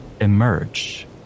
emerge